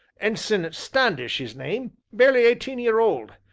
ensign standish his name, barely eighteen year old.